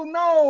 no